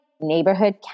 neighborhood